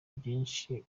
byinshi